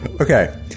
Okay